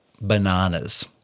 bananas